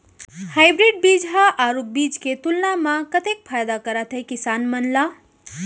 Hybrid बीज हा आरूग बीज के तुलना मा कतेक फायदा कराथे किसान मन ला?